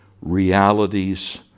realities